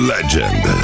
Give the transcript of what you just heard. Legend